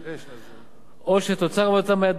או שתוצר עבודתם היה דרוש לצורכי המפעל,